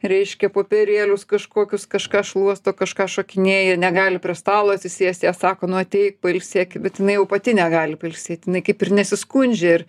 reiškia popierėlius kažkokius kažką šluosto kažką šokinėja negali prie stalo atsisėsti jie sako nu ateik pailsėk bet jinai jau pati negali pailsėti jinai kaip ir nesiskundžia ir